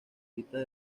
pistas